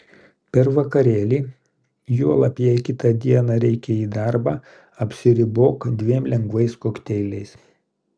per vakarėlį juolab jei kitą dieną reikia į darbą apsiribok dviem lengvais kokteiliais